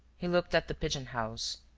he looked at the pigeon-house,